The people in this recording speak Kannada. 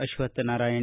ಅಶ್ವತ್ಥನಾರಾಯಣ